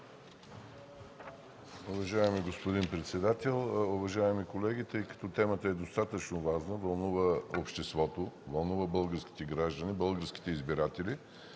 Уважаеми господин председател, уважаеми колеги! Тъй като темата е достатъчно важна – вълнува обществото, вълнува българските граждани, българските избиратели,